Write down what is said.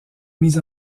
mis